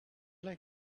like